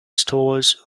stalls